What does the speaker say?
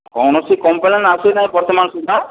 କୌଣସି କମ୍ପ୍ଲେନ ଆସି ନାହିଁ ବର୍ତ୍ତମାନ ସୁଦ୍ଧା